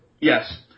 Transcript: Yes